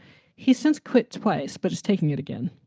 he's since quit twice, but he's taking it again.